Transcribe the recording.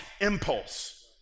impulse